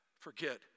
forget